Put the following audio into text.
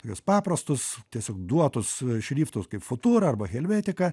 juos paprastus tiesiog duotus šriftus kaip futūra arba helvetika